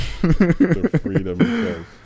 freedom